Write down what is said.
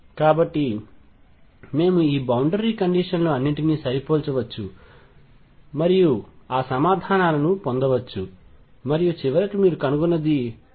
కాబట్టి మేము ఈ బౌండరీ కండిషన్లు అన్నింటినీ సరిపోల్చవచ్చు మరియు ఆ సమాధానాలను పొందవచ్చు మరియు చివరకు మీరు కనుగొన్నది EA2vv